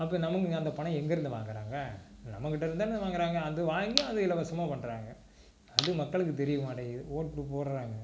அப்போ நமக்கு அந்த பணம் எங்கேயிருந்து வாங்குறாங்க நம்மக் கிட்டே இருந்து தானே வாங்குறாங்க அது வாங்கி அது இலவசமாக பண்ணுறாங்க அது மக்களுக்கு தெரிய மாட்டேங்குது ஓட்டுப் போடுறாங்க